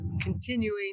continuing